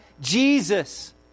Jesus